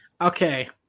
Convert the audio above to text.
Okay